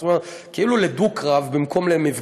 זאת אומרת, כאילו לדו-קרב, במקום למפגש.